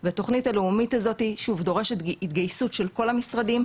והתוכנית הלאומית הזו דורשת התגייסות של כל המשרדים,